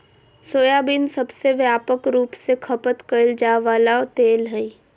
soybean सबसे व्यापक रूप से खपत कइल जा वला तेल हइ